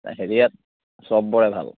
অঁ হেৰিয়াত সবৰে ভাল